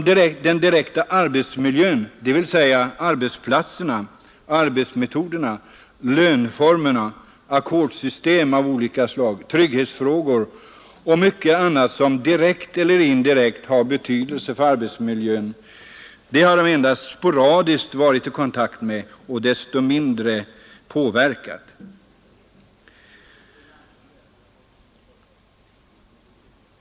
Den direkta arbetsmiljön — dvs. arbetsplatserna, arbetsmeto derna, löneformerna, ackordssystem av olika slag, trygghetsfrågor och mycket annat som direkt eller indirekt har betydelse för arbetsmiljön — har de endast sporadiskt varit i kontakt med och desto mindre påverkat.